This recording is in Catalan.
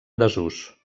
desús